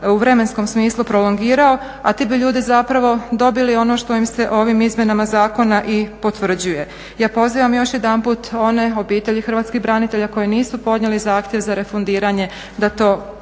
u vremenskom smislu prolongirao, a ti bi ljudi zapravo dobili ono što im se ovim izmjenama zakona i potvrđuje. Ja pozivam još jedanput one obitelji Hrvatskih branitelja koje nisu podnijele zahtjev za refundiranje da to